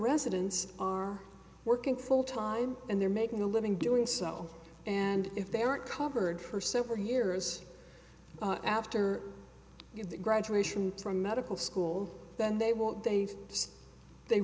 residents are working full time and they're making a living doing so and if they aren't covered for several years after graduation from medical school then they won't they